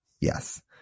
Yes